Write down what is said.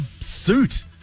suit